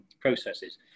processes